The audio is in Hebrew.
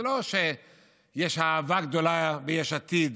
זה לא שיש אהבה גדולה ביש עתיד